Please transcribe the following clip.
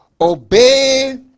Obey